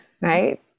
right